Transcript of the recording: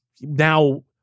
now